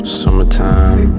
summertime